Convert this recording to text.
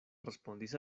respondis